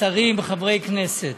שרים וחברי כנסת,